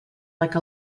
like